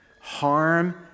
harm